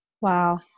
Wow